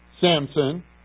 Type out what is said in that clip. Samson